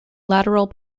lateral